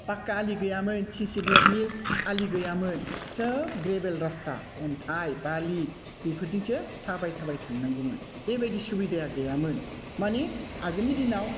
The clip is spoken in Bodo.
पाक्का आलि गैयामोन सिसि ब्लकनि आलि गैयामोन सब ग्रेभेल रास्ता अन्थाइ बालि बिफोरजोंसो थाबाय थाबाय थांनांगौमोन बेबादि सुबिदाया गैयामोन माने आगोलनि दिनाव